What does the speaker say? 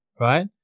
right